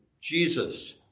Jesus